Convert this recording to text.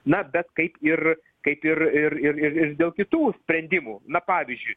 na bet kaip ir kaip ir ir ir ir ir dėl kitų sprendimų na pavyzdžiui